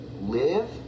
live